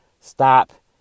Stop